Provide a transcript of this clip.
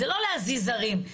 זה לא להזיז הרים,